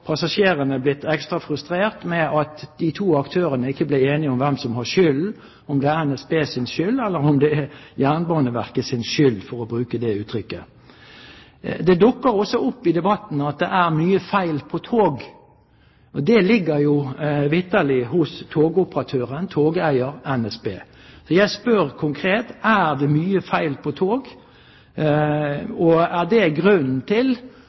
passasjerene blitt ekstra frustrert av at de to aktørene ikke blir enige om hvem som har skylden – om det er NSBs skyld, eller om det er Jernbaneverkets skyld, for å bruke det uttrykket. Det dukker også opp i debatten at det er mye feil på tog. Det ligger jo vitterlig hos togoperatøren, togeier NSB. Så jeg spør konkret: Er det mye feil på tog? Og er det grunnen til